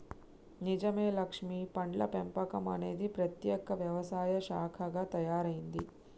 నిజమే లక్ష్మీ పండ్ల పెంపకం అనేది ప్రత్యేక వ్యవసాయ శాఖగా తయారైంది